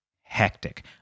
hectic